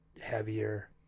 heavier